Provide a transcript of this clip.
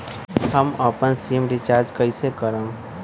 हम अपन SIM recharge कइसे करम?